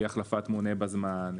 החלפת מונה בזמן,